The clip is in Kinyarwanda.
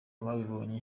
babibonye